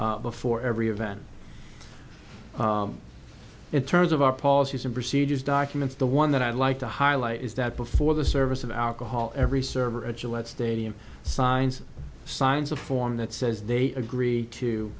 before every event it terms of our policies and procedures documents the one that i'd like to highlight is that before the service of alcohol every server at gillette stadium signs signs a form that says they agree to